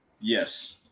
yes